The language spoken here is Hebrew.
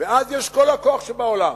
ואז יש כל הכוח שבעולם.